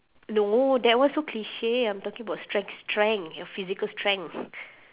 no that one so cliche I'm talking about stre~ strength your physical strength